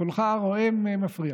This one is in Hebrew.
קולך הרועם מפריע.